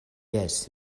jes